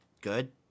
good